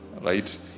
right